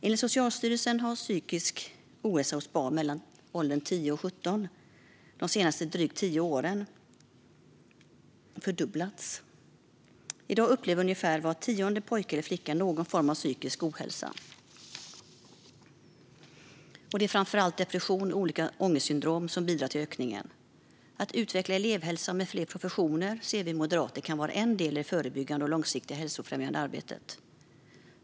Enligt Socialstyrelsen har psykisk ohälsa hos barn i åldern 10-17 fördubblats de senaste drygt tio åren. I dag upplever ungefär var tionde pojke eller flicka någon form av psykisk ohälsa. Det är framför allt depression och olika ångestsyndrom som bidrar till ökningen. Att utveckla elevhälsan med fler professioner ser vi moderater kan vara en del i det förebyggande och långsiktigt hälsofrämjande arbetet.